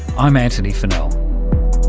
i'm antony funnell.